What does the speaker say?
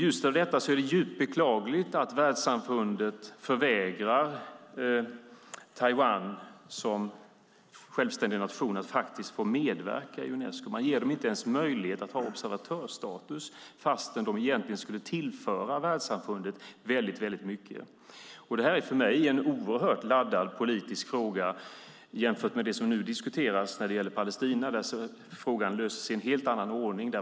Just av detta skäl är det djupt beklagligt att världssamfundet förvägrar Taiwan som självständig nation att faktiskt få medverka i Unesco. Man ger dem inte ens möjlighet att ha observatörsstatus, fastän de egentligen skulle tillföra världssamfundet väldigt mycket. Det här är för mig en oerhört laddad politisk fråga jämfört med det som nu diskuteras när det gäller Palestina där frågan löses i en helt annan ordning.